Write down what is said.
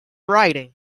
writing